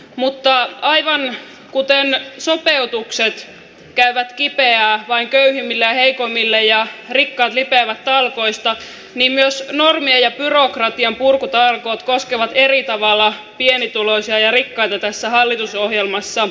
mutta aivan kuten sopeutukset tekevät kipeää vain köyhimmille ja heikoimmille ja rikkaat lipeävät talkoista niin myös normien ja byrokratian purkutalkoot koskevat eri tavalla pienituloisia ja rikkaita tässä hallitusohjelmassa